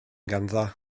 ganddo